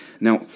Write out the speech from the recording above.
Now